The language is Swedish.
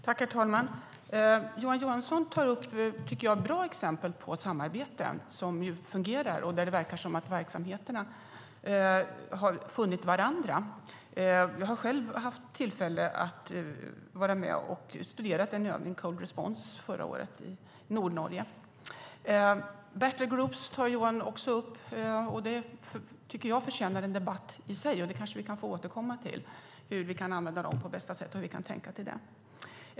Herr talman! Johan Johansson tar upp bra exempel på samarbete som fungerar och där det verkar som att verksamheterna har funnit varandra. Jag hade själv tillfälle att vara med och studera en Cold Response-övning i Nordnorge förra året. Battlegroups tar Johan också upp, och de förtjänar en egen debatt. Vi kan kanske återkomma till hur vi kan använda dem på bästa sätt.